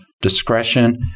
discretion